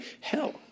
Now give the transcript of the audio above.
hell